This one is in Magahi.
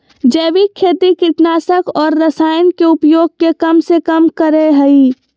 जैविक खेती कीटनाशक और रसायन के उपयोग के कम से कम करय हइ